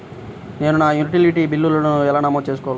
నేను నా యుటిలిటీ బిల్లులను ఎలా నమోదు చేసుకోగలను?